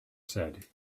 said